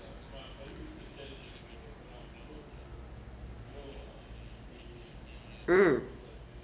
mm